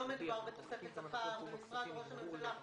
לא מדובר בתוספת שכר במשרד ראש הממשלה.